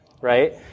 right